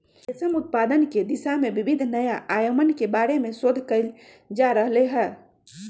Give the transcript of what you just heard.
रेशम उत्पादन के दिशा में विविध नया आयामन के बारे में शोध कइल जा रहले है